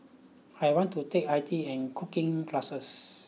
I want to take I T and cooking classes